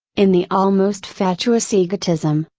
in the almost fatuous egotism,